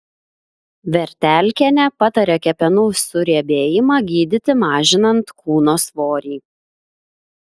vertelkienė patarė kepenų suriebėjimą gydyti mažinant kūno svorį